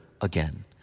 again